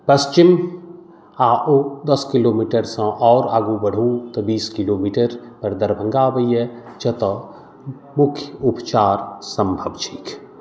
पश्चिम आ ओ दस किलोमीटरसँ आओर आगू बढू तऽ बीस किलोमीटरपर दरभंगा अबैये जतय मुख्य उपचार सम्भव छैक